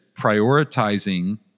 prioritizing